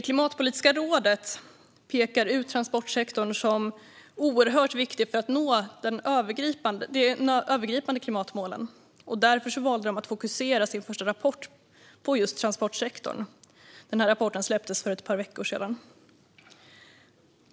Klimatpolitiska rådet pekar ut transportsektorn som oerhört viktig för att nå de övergripande klimatmålen. Därför valde rådet att fokusera på transportsektorn i sin första rapport, som släpptes för ett par veckor sedan.